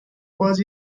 باز